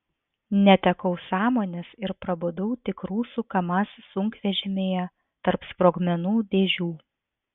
netekau sąmonės ir prabudau tik rusų kamaz sunkvežimyje tarp sprogmenų dėžių